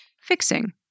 Fixing